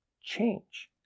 change